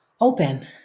open